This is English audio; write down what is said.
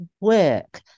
work